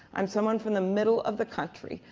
i'm someone from the middle of the country.